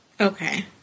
Okay